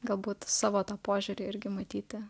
galbūt savo tą požiūrį irgi matyti